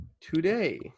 today